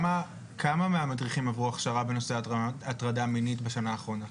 כמה מהמדריכים עברו הכשרה בנושא הטרדה מינית בשנה האחרונה?